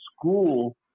school